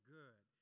good